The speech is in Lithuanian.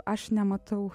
aš nematau